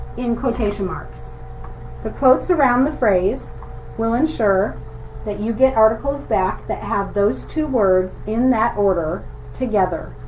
in quotation marks the quotes around the phrase will ensure that you get articles back that have those two words in that order together.